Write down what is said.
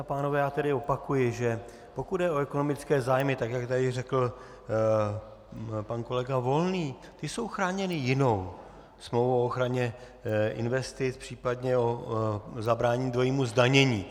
Dámy a pánové, já tedy opakuji, že pokud jde o ekonomické zájmy, tak jak tady řekl pan kolega Volný, ty jsou chráněny jinou smlouvou o ochraně investic, případně zabránění dvojímu zdanění.